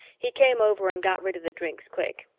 he came over and got rid of the drinks quick.